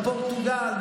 בפורטוגל,